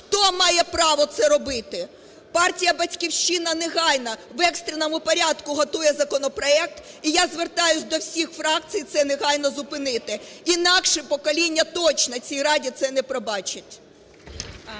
хто має право це робити? Партія "Батьківщина" негайно, в екстреному порядку готує законопроект. І я звертаюсь до всіх фракцій це негайно зупинити. Інакше покоління точно цій Раді це не пробачить.